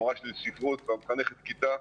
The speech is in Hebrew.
המורה שלי לספרות ומחנכת הכיתה,